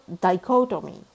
dichotomy